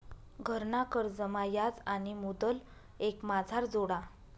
घरना कर्जमा याज आणि मुदल एकमाझार जोडा